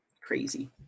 Crazy